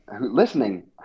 listening